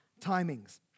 timings